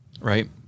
right